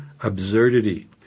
absurdity